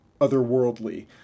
otherworldly